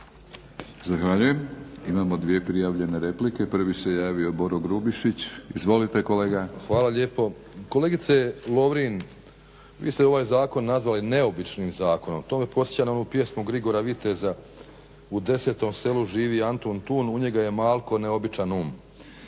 Zahvaljujem. Imamo dvije prijavljene replike. Prvi se javio Boro Grubišić. Izvolite kolega. **Grubišić, Boro (HDSSB)** Hvala lijepo. Kolegice Lovrin vi ste ovaj zakon nazvali neobičnim zakonom. To me podsjeća na onu pjesmu Grigora Viteza "U desetom selu živi Antuntun u njega je malko neobičan um".